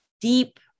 deep